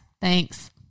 Thanks